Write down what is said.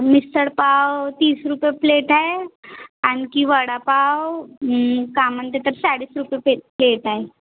मिसळ पाव तीस रुपये प्लेट आहे आणखी वडापाव का म्हणते तर चाळीस रुपये प्ले प्लेट आहे